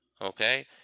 Okay